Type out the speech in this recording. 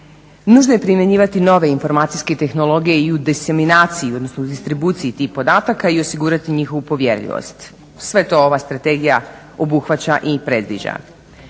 Nužno je primjenjivati nove informacijske tehnologije i u diseminaciji odnosno u distribuciji tih podataka i osigurati njihovu povjerljivost. Sve to ova strategija obuhvaća i predviđa.